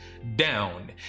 Down